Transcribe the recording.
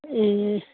ए